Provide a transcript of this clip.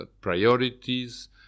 priorities